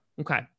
Okay